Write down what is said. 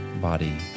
body